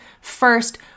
First